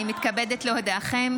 אני מתכבדת להודיעכם,